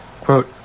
Quote